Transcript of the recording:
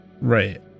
Right